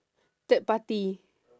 third party